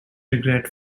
regret